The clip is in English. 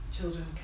children